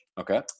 Okay